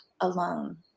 alone